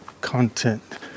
content